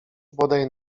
bodaj